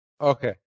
Okay